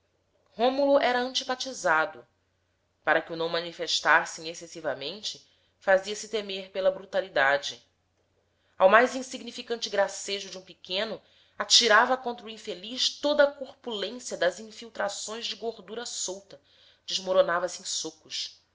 rômulo era antipatizado para que o não manifestassem excessivamente fazia-se temer pela brutalidade ao mais insignificante gracejo de um pequeno atirava contra o infeliz toda a corpulência das infiltrações de gordura solta desmoronava se em socos